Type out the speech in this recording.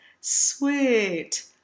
Sweet